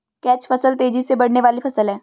catch फसल तेजी से बढ़ने वाली फसल है